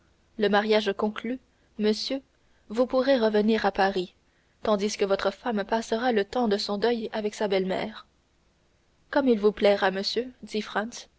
le mariage conclu monsieur vous pourrez revenir à paris tandis que votre femme passera le temps de son deuil avec sa belle-mère comme il vous plaira monsieur dit